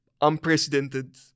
unprecedented